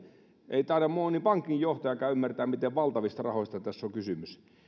ei taida moni pankinjohtajakaan ymmärtää miten valtavista rahoista tässä on kysymys